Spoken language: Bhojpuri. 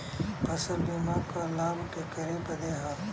फसल बीमा क लाभ केकरे बदे ह?